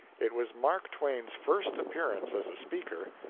it was mark twain's first appearance as a speaker,